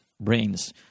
brains